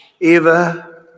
Eva